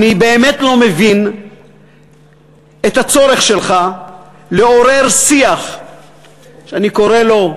אני באמת לא מבין את הצורך שלך לעורר שיח שאני קורא לו,